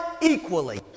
equally